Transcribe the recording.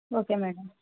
okay madam